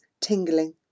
tingling